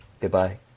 goodbye